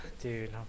Dude